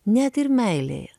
net ir meilėje